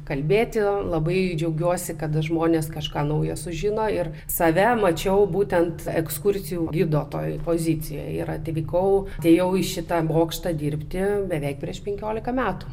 kalbėti labai džiaugiuosi kad žmonės kažką naujo sužino ir save mačiau būtent ekskursijų gido toji pozicija yra atvykau atėjau į šitą bokštą dirbti beveik prieš penkiolika metų